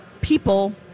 people